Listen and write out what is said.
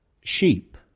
sheep